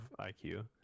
IQ